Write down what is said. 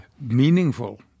Meaningful